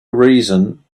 reason